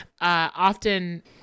often